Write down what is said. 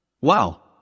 Wow